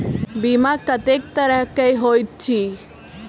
बीमा कत्तेक तरह कऽ होइत छी?